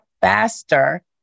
faster